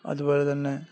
അതുപോലെ തന്നെ